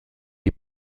des